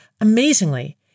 Amazingly